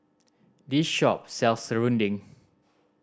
this shop sells serunding